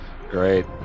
Great